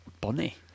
Bunny